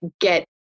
get